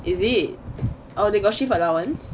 is it oh they got shift allowance